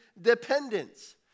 dependence